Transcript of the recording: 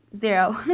zero